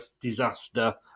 disaster